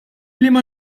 liema